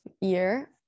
year